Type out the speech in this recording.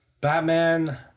Batman